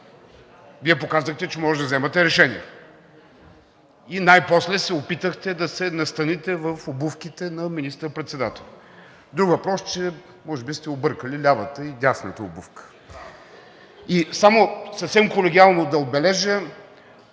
Вие показахте, че може да вземате решения и най-после се опитахте да се настаните в обувките на министър-председател. Друг е въпросът, че може би сте объркали лявата и дясната обувка. И съвсем колегиално да отбележа